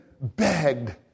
begged